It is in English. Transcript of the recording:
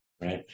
right